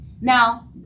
now